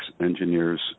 engineers